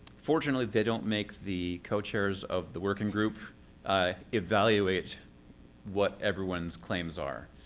fortunately they don't make the co-chairs of the working group evaluate what everyone's claims are.